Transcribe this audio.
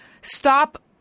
stop